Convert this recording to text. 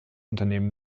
unternehmen